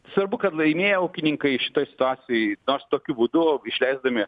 svarbu kad laimėjo ūkininkai šitoj situacijoj nors tokiu būdu išleisdami